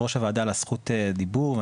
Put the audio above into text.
על זכות הדיבור.